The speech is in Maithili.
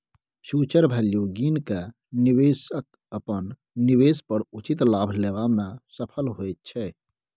फ्युचर वैल्यू गिन केँ निबेशक अपन निबेश पर उचित लाभ लेबा मे सफल होइत छै